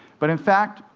but, in fact,